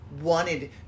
wanted